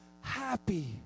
happy